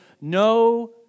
No